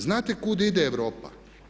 Znate kud ide Europa?